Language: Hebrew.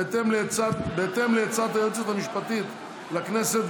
בהתאם לעצת היועצת המשפטית לכנסת,